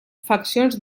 faccions